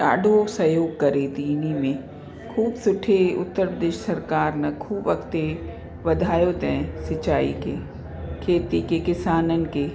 ॾाढो सहयोग करे थी इन में ख़ूबु सुठे उत्तर प्रदेश सरकारि न ख़ूबु अॻिते वधायो ताईं सिचाई खे खेती खे किसाननि खे